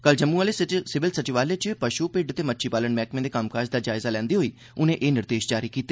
कल जम्मू आह्ले सिविल सचिवालय च पशु भिड्ड ते मच्छी पालन मैह्कमें दे कम्मकाज दा जायजा लैंदे बेल्लै उनें एह् निर्देश जारी कीते